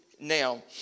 Now